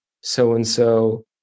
so-and-so